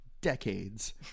decades